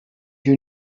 you